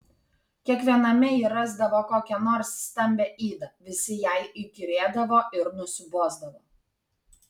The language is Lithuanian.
kiekviename ji rasdavo kokią nors stambią ydą visi jai įkyrėdavo ir nusibosdavo